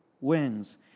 wins